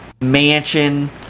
mansion